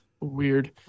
Weird